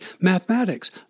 mathematics